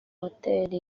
hoteli